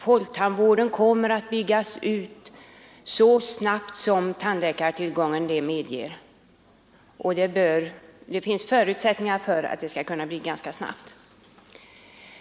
Folktandvården kommer att byggas ut så snabbt som tandläkartillgången medger, och det finns förutsättningar för att det skall kunna ske ganska snabbt.